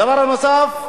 הדבר הנוסף,